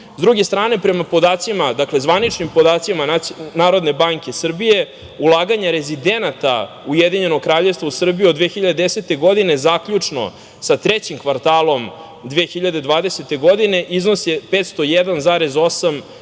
druge strane, prema zvaničnim podacima Narodne banke Srbije, ulaganje rezidenata Ujedinjenog Kraljevstva u Srbiju od 2010. godine, zaključno sa trećim kvartalom 2020. godine, iznosi 501,8